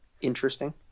interesting